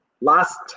last